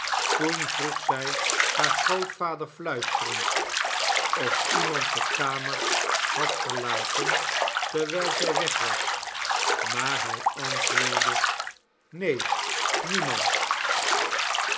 toen vroeg zij haar grootvader fluisterend of iemand de kamer had verlaten terwijl zij weg was maar hij antwoordde neen niemand